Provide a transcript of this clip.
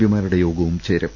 P മാരുടെ യോഗവും ചേരും